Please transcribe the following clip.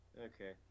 Okay